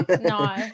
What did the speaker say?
No